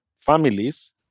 families